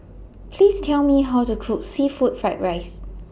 Please Tell Me How to Cook Seafood Fried Rice